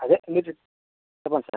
అదే మీరు చెప్పండి సార్